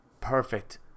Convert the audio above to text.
Perfect